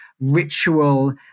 ritual